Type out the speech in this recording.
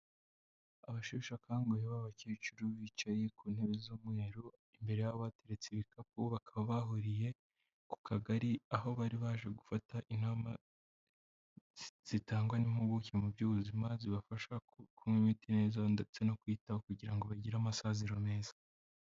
Abasheshe akanguhe b'abakecuru bicaye ku ntebe z'umweru, imbere yabo hateretse ibikapu, bakaba bahuriye ku kagari aho bari baje gufata inama zitangwa n'impuguke mu by'ubuzima, zibafasha kunywa imiti neza ndetse no kwiyitaho kugira ngo bagire amasaziro meza.